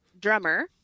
drummer